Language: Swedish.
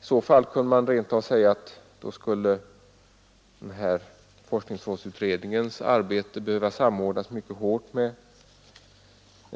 I så fall kunde man rent av säga att forskningsrådsutredningens arbete skulle behöva samordnas mycket hårt med